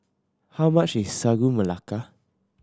how much is Sagu Melaka